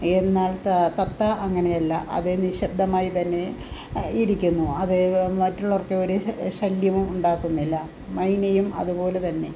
എന്നാൽ ത തത്ത അങ്ങനെയല്ല അത് നിശ്ശബ്ദമായിത്തന്നെ ഇരിക്കുന്നു അത് മറ്റുള്ളപേര് ശ ശല്യവും ഉണ്ടാക്കുന്നില്ല മൈനയും അതുപോലെതന്നെ